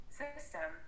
system